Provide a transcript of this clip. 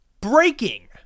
breaking